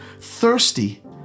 thirsty